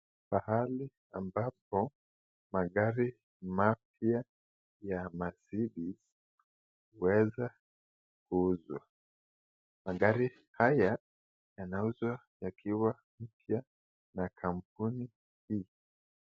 Pahali ambapo magari mapya yanabidi kuweza kuuzwa. Magari haya yanauzwa yakiwa mpya na kambuni hii.